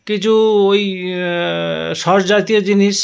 কিছু ওই সস জাতীয় জিনিস